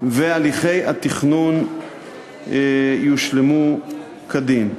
והליכי התכנון יושלמו כדין.